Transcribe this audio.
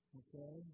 okay